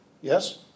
Yes